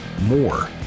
more